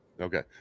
okay